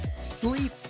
sleep